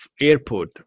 airport